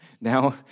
Now